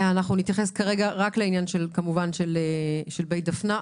נתייחס כרגע רק לעניין של בית דפנה,